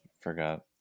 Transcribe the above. forgot